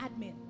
admin